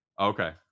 okay